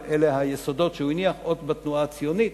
אבל אלה היסודות שהוא הניח עוד בתנועה הציונית,